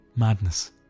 madness